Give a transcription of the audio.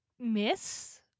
miss